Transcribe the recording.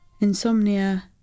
Insomnia